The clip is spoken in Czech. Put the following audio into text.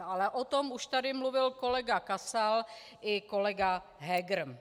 Ale o tom už tady mluvil kolega Kasal i kolega Heger.